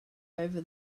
over